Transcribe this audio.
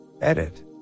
Edit